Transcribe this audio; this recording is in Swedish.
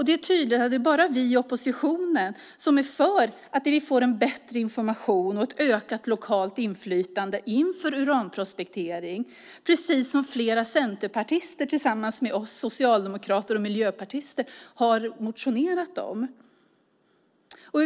Det är tydligt att det bara är vi i oppositionen som är för att vi får en bättre information och ett ökat lokalt inflytande inför uranprospektering, precis som flera centerpartister tillsammans med oss socialdemokrater och miljöpartister har motionerat om.